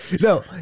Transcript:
No